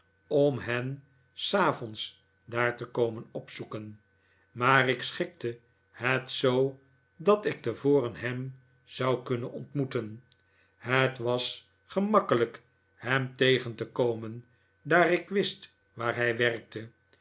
om hen s avonds daar te komen opzoeken maar ik schikte het zoo dat ik tevoren ham zou kunnen ontmoeten het was gemakkelijk hem tegen te komen daar ik wist waar hij werkte